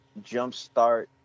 jumpstart